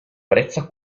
brezza